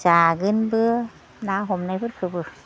जागोनबो ना हमनायफोरखोबो